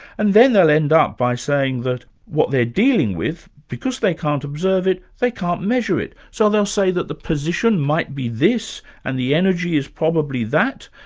and then they'll end up by saying that what they're dealing with, because they can't observe it, they can't measure it, so they'll say that the position might be this, and the energy is probably that,